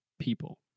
people